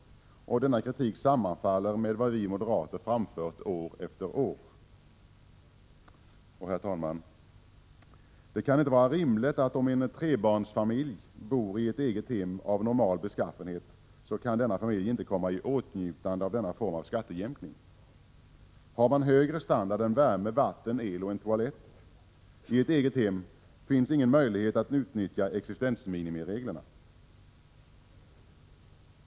Denna kritik sammanfaller med vad vi moderater framfört år efter år. Herr talman! Det kan inte vara rimligt att en trebarnsfamilj som bor i ett eget hem av normal beskaffenhet inte kan komma i åtnjutande av denna form av skattejämkning. Har man högre standard än värme, vatten, el och en toalett i ett eget hem finns ingen möjlighet att utnyttja existensminimireglerna.